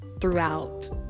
throughout